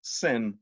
sin